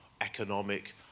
economic